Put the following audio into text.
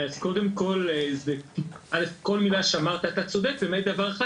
כל מילה שאמרת אתה צודק למעט דבר אחד.